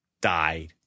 died